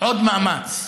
עוד מאמץ,